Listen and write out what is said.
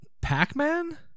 Pac-Man